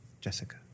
Jessica